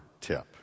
tip